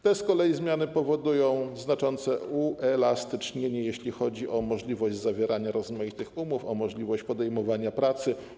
Te z kolei zmiany powodują znaczące uelastycznienie, jeśli chodzi o możliwość zawierania rozmaitych umów, możliwość podejmowania pracy.